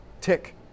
tick